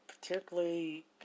particularly